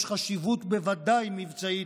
ויש חשיבות, בוודאי מבצעית,